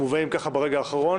בינתיים, עד אז,